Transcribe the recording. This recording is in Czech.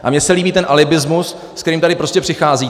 A mně se líbí ten alibismus, s kterým tady prostě přicházíte.